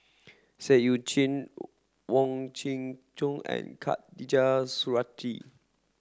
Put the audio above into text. Seah Eu Chin Wong Kin Jong and Khatijah Surattee